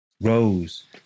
Rose